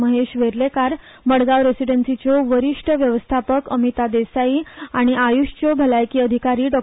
महेश वेर्लेंकार मडगांव रेसिडेन्सीचे वरिश्ट वेवस्थापक अमीत देसाय आनी आयुषच्यो भलायकी अधिकारी डॉ